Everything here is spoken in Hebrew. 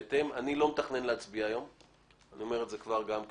אני לא מתכנן להצביע היום ואני כבר אומר את זה לאנשים,